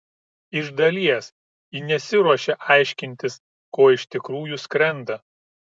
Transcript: iš dalies ji nesiruošia aiškintis ko iš tikrųjų skrenda